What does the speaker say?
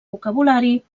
vocabulari